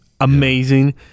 amazing